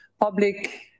public